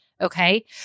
Okay